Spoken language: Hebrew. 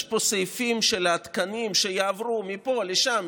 יש פה סעיפים של התקנים שיעברו מפה לשם,